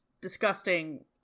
disgusting